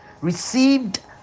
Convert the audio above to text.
received